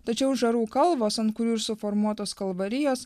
tačiau žarų kalvos ant kurių ir suformuotos kalvarijos